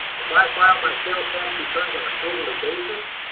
if i file my sales tax returns on a quarterly basis,